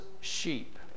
sheep